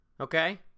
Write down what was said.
Okay